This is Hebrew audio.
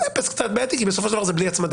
זה קצת בעייתי כי בסופו של דבר זה בלי הצמדה